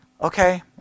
Okay